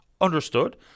Understood